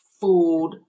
food